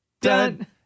Dun